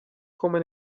come